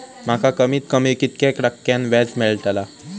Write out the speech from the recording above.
माका कमीत कमी कितक्या टक्क्यान व्याज मेलतला?